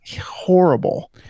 horrible